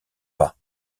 pas